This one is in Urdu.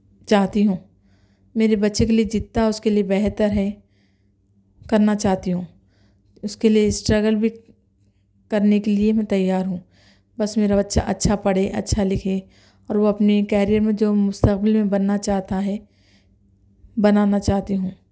چاہتی ہوں میرے بچے کے لئے جتنا اس کے لئے بہتر ہے کرنا چاہتی ہوں اس کے لئے اسٹرگل بھی کرنے کے لئے میں تیار ہوں بس میرا بچہ اچھا پڑھے اچھا لکھے اور وہ اپنی کیرئر میں جو مستقبل میں بننا چاہتا ہے بنانا چاہتی ہوں